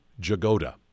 Jagoda